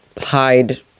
hide